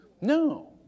No